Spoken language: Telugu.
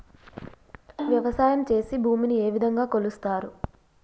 వ్యవసాయం చేసి భూమిని ఏ విధంగా కొలుస్తారు?